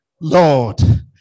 Lord